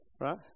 right